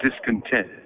discontent